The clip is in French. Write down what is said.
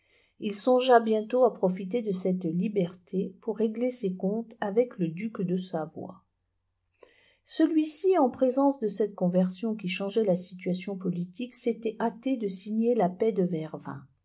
il songea bientôt à profiter de cette liberté pour régler ses comptes avec le duc de savoie celui-ci en présence de cette conversion qui changait la situation politique s'était hâté de signer la paix de vervins